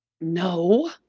no